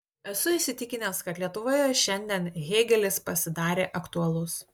esu įsitikinęs kad lietuvoje šiandien hėgelis pasidarė aktualus